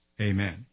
amen